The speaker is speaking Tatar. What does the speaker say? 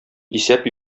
исәп